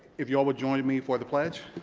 if you all will join me for the pledge